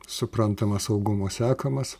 suprantama saugumo sekamas